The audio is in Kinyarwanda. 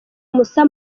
musa